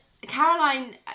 Caroline